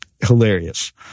hilarious